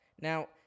Now